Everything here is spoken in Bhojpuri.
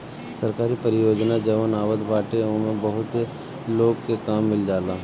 सरकारी परियोजना जवन आवत बाटे ओमे बहुते लोग के काम मिल जाला